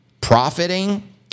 profiting